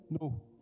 no